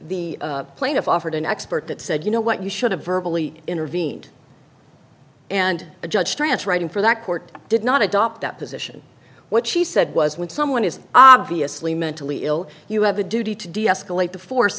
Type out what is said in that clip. the plaintiff offered an expert that said you know what you should have virtually intervened and the judge grants writing for that court did not adopt that position what she said was when someone is obviously mentally ill you have a duty to deescalate the force